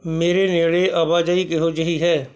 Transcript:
ਮੇਰੇ ਨੇੜੇ ਆਵਾਜਾਈ ਕਿਹੋ ਜਿਹੀ ਹੈ